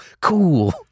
cool